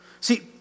See